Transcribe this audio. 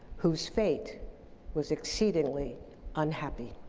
who's fate was exceedingly unhappy.